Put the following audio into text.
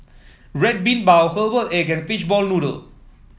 Red Bean Bao Herbal Egg and Fishball Noodle